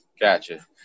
Gotcha